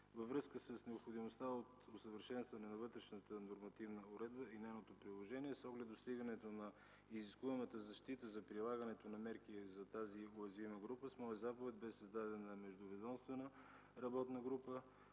във връзка с необходимостта от усъвършенстване на вътрешната нормативна уредба и нейното приложение с оглед недостигане изискуемата защита за прилагането на мерки за тази уязвима група, с моя заповед беше създадена Междуведомствена работна група